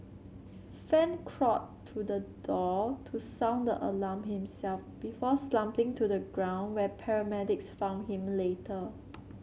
fan crawled to the door to sound the alarm himself before slumping to the ground where paramedics found him later